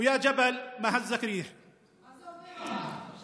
וחייבים להזכיר את זה.) אבל מה זה אומר?